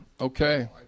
Okay